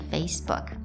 Facebook